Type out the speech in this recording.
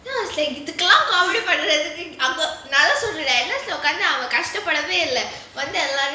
then I was like இதுக்கெல்லாம:ithukelaama comedy பண்றதுக்கு அவங்க நல்லா சொல்லிட்டேன் வந்து எல்லாரையும்:pandrathukku avanga nallas sollittaen vanthu elloraiyum